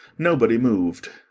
nobody moved.